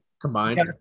combined